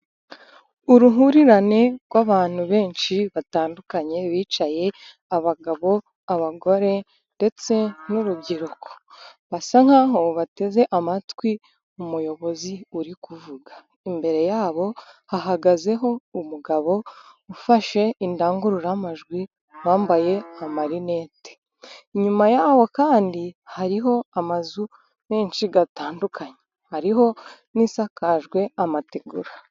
Uruhurirane rw'abantu benshi batandukanye bicaye abagabo abagore ndetse n'urubyiruko, basa nk'aho bateze amatwi umuyobozi uri kuvuga, imbere yabo hahagaze umugabo ufashe indangururamajwi wambaye amarinete, inyuma yaho kandi hariho amazu menshi atandukanye hariho n'isakajwe amategura.